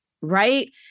right